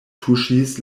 tuŝis